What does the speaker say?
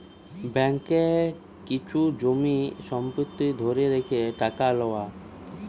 ব্যাঙ্ককে কিছু জমি সম্পত্তি ধরে রেখে টাকা লওয়া